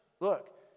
Look